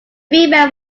female